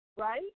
right